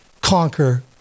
conquer